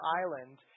Island